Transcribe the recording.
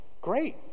great